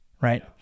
right